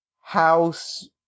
House